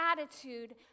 attitude